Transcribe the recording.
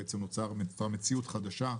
בעצם נוצרה מציאות חדשה,